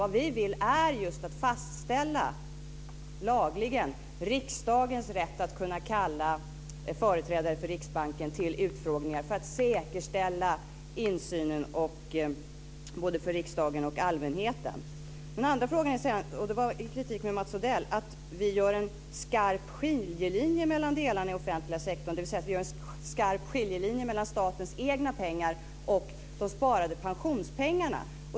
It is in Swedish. Vad vi vill är att lagligen fastställa riksdagens rätt att kunna kalla företrädare för Riksbanken till utfrågningar för att säkerställa insynen både för riksdagen och för allmänheten. Odell, gällde att vi drar en skarp skiljelinje mellan delarna i den offentliga sektorn, att vi drar en skarp skiljelinje mellan statens egna pengar och de sparade pensionspengarna.